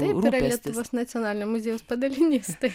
taip yra lietuvos nacionalinio muziejaus padalinys taip